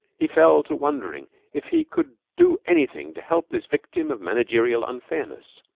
he fell to wondering if he could do anything to help this victim of managerial unfairness.